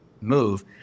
move